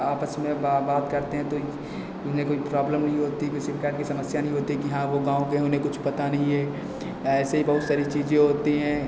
आपस में बा बात करते हैं तो इन्हें कोई प्रॉब्लम नहीं होती किसी प्रकार की समस्या नहीं होती कि हाँ वह गाँव के उन्हें कुछ पता नहीं है ऐसे ही बहुत सारी चीज़ें होती हैं